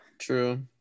true